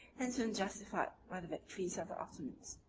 and soon justified by the victories of the ottomans.